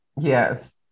Yes